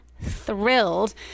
thrilled